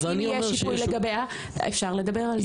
אם יש שיפוי לגביה, אפשר לדבר על זה.